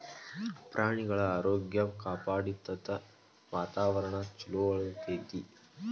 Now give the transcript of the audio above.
ಪ್ರಾಣಿಗಳ ಆರೋಗ್ಯ ಕಾಪಾಡತತಿ, ವಾತಾವರಣಾ ಚುಲೊ ಉಳಿತೆತಿ